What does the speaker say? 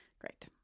Great